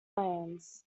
lands